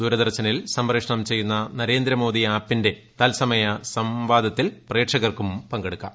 ദൂരദർശനിൽ സംപ്രേക്ഷണം ചെയ്യുന്ന നരേന്ദ്രമോദി ആപ്പിന്റെ തൽസമയ സംവാദത്തിൽ പ്രേക്ഷകർക്കും പങ്കെടുക്കാം